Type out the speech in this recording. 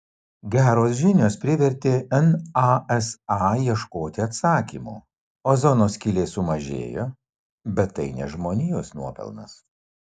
geros žinios privertė nasa ieškoti atsakymų ozono skylė sumažėjo bet tai ne žmonijos nuopelnas